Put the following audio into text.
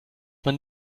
man